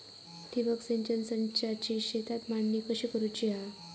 ठिबक सिंचन संचाची शेतात मांडणी कशी करुची हा?